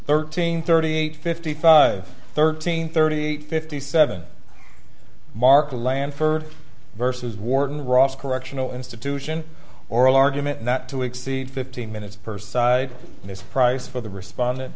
thirteen thirty eight fifty five thirteen thirty eight fifty seven marco lanfear versus warden ross correctional institution oral argument not to exceed fifteen minutes per side miss price for the responde